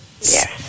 Yes